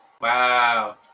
Wow